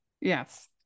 Yes